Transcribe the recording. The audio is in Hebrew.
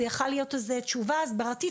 זו יכולה להיות על זה תשובה בעתיד,